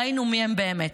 ראינו מיהם באמת.